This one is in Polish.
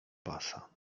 pasa